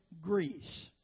Greece